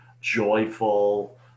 joyful